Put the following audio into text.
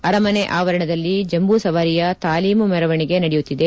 ಅರಮನೆ ಆವರಣದಲ್ಲಿ ಜಂಬೂ ಸವಾರಿಯ ತಾಲೀಮು ಮೆರವಣಿಗೆ ನಡೆಯುತ್ತಿದೆ